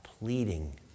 pleading